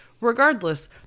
regardless